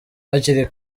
hakiri